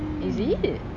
is it